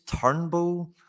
Turnbull